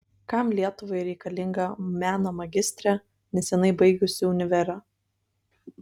kam lietuvai reikalinga meno magistrė neseniai baigusi univerą